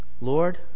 Lord